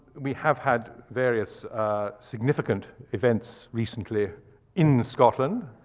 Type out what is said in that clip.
we have had various significant events recently in scotland.